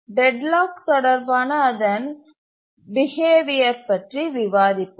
deadlock தொடர்பான அதன் behaviour பற்றி விவாதிப்போம்